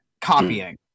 copying